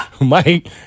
Mike